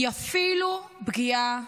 היא אפילו פגיעה